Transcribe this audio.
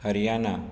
Haryana